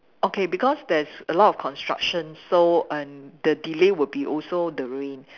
okay because there is a lot of construction so and the delay would be also the rain